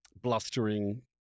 blustering